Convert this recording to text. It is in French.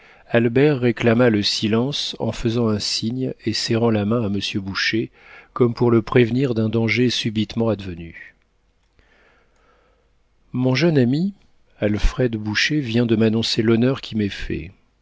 albert réclama le silence en faisant un signe et serrant la main à monsieur boucher comme pour le prévenir d'un danger subitement advenu mon jeune ami alfred boucher vient de m'annoncer l'honneur qui m'est fait